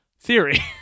theory